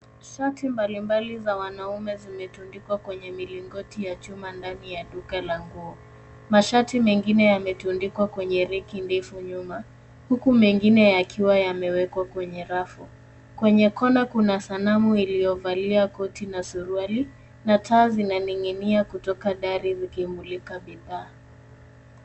Shati mbalimbali za wanaume zimetundikwa kwenye milingoti ya chuma ndani ya duka la nguo. Mashati mengine yametundikwa kwenye reki ndefu ya nyuma huku mengine yakiwa yamewekwa kwenye rafu. Kwenye kona kura sanamu iliyovalia koti na suruali na taa zinaning'inia kutoka dari zikimulika bidhaa.